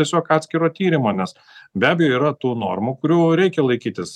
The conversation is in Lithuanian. tiesiog atskiro tyrimo nes be abejo yra tų normų kurių reikia laikytis